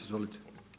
Izvolite.